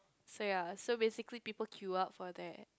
so ya so basically people queue up for that